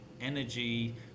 energy